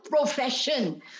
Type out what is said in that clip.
profession